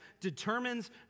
determines